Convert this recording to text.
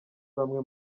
bamwe